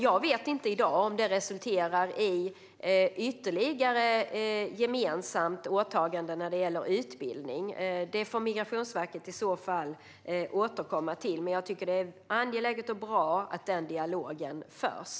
Jag vet inte i dag om det resulterar i ytterligare gemensamma åtaganden när det gäller utbildning. Det får Migrationsverket i så fall återkomma till. Men jag tycker att det är angeläget och bra att den dialogen förs.